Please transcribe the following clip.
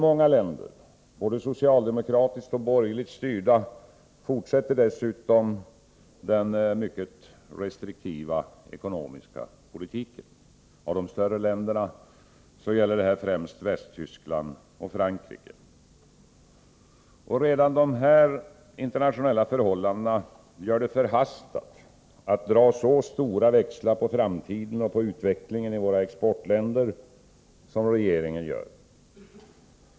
Många länder — både socialdemokratiskt och borgerligt styrda — fortsätter dessutom den mycket restriktiva ekonomiska politiken. Av de större länderna gäller detta främst Västtyskland och Frankrike. Redan dessa internationella förhållanden gör det förhastat att dra så stora växlar på framtiden och på utvecklingen i våra exportländer som regeringen gör.